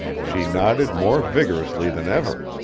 she nodded more vigorously than ever.